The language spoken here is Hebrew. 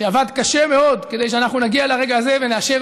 שעבד קשה מאוד כדי שאנחנו נגיע לרגע הזה ונאשר,